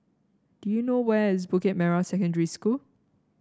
do you know where is Bukit Merah Secondary School